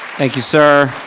thank you sir.